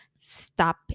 stop